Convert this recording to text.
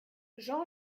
jean